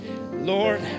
Lord